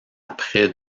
près